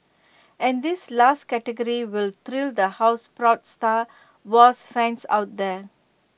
and this last category will thrill the houseproud star wars fans out there